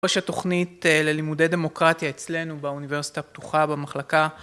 ראש התוכנית ללימודי דמוקרטיה אצלנו באוניברסיטה הפתוחה במחלקה.